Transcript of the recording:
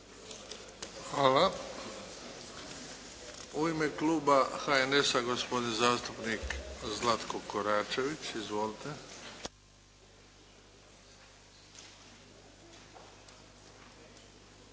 Hvala. U ime Kluba HNS-a gospodin zastupnik Zlatko Koračević. Izvolite.